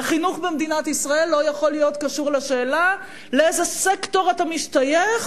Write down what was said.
וחינוך במדינת ישראל לא יכול להיות קשור לשאלה לאיזה סקטור אתה משתייך